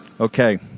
Okay